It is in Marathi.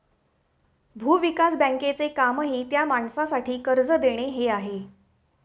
भूविकास बँकेचे कामही त्या माणसासाठी कर्ज देणे हे आहे